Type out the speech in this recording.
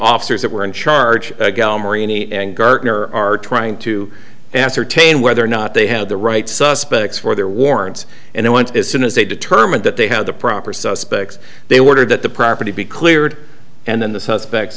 officers that were in charge gomery and gardner are trying to ascertain whether or not they had the right suspects for their warrants and they went as soon as they determined that they had the proper suspects they were that the property be cleared and then the suspects